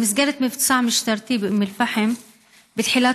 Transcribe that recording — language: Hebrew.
במסגרת מבצע משטרתי באום אל-פחם בתחילת